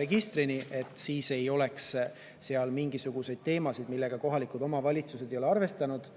registrini, siis ei tohi sellega seotud olla teemasid, millega kohalikud omavalitsused ei ole arvestanud,